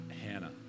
Hannah